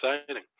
exciting